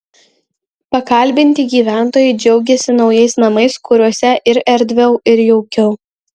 pakalbinti gyventojai džiaugėsi naujais namais kuriuose ir erdviau ir jaukiau